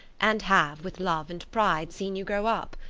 and have, with love and pride, seen you grow up.